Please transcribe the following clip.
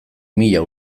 mila